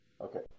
Okay